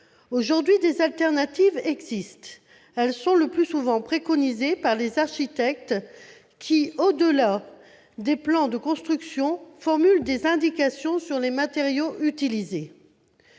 Aujourd'hui, des alternatives existent. Elles sont le plus souvent préconisées par les architectes qui, au-delà des plans de construction, formulent des indications sur les matériaux utilisés.